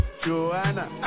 Joanna